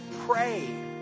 pray